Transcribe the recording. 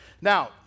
Now